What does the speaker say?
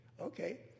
Okay